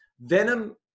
Venom